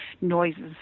noises